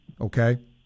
okay